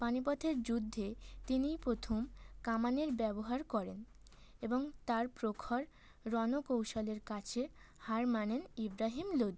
পানিপথের যুদ্ধে তিনিই প্রথম কামানের ব্যবহার করেন এবং তার প্রখর রণ কৌশলের কাছে হার মানেন ইব্রাহিম লোধি